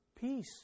peace